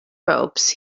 ropes